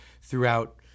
throughout